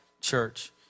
church